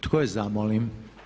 Tko je za, molim?